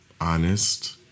honest